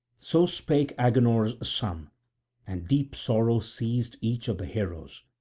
so spake agenor's son and deep sorrow seized each of the heroes,